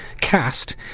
cast